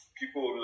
people